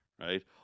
right